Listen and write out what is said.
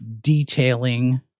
detailing